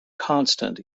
constant